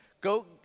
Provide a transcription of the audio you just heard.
go